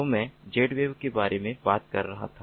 तो मैं Zwave के बारे में बात कर रहा था